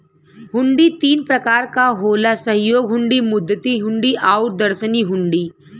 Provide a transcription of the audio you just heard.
हुंडी तीन प्रकार क होला सहयोग हुंडी, मुद्दती हुंडी आउर दर्शनी हुंडी